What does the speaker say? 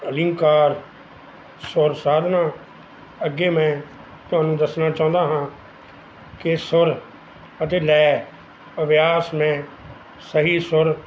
ਅਲੰਕਾਰ ਸੁਰ ਸਾਧਨਾਂ ਅੱਗੇ ਮੈਂ ਤੁਹਾਨੂੰ ਦੱਸਣਾ ਚਾਹੁੰਦਾ ਹਾਂ ਕਿ ਸੁਰ ਅਤੇ ਲੈਅ ਅਭਿਆਸ ਨੇ ਸਹੀ ਸੁਰ